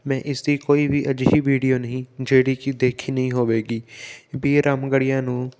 ਮੈਂ ਇਸਦੀ ਕੋਈ ਵੀ ਅਜਿਹੀ ਵੀਡੀਓ ਨਹੀਂ ਜਿਹੜੀ ਕਿ ਦੇਖੀ ਨਹੀਂ ਹੋਵੇਗੀ ਬੀਰ ਰਾਮਗੜੀਆਂ ਨੂੰ